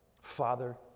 Father